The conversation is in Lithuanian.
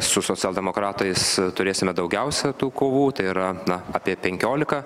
su socialdemokratais turėsime daugiausia tų kovotojų yra apie penkiolika